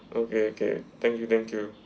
okay okay thank you thank you